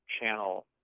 channel